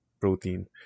protein